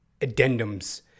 addendums